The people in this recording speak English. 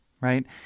right